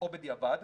או בדיעבד,